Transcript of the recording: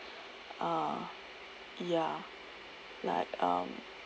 uh ya like um